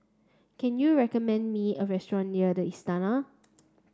can you recommend me a restaurant near The Istana